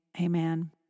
amen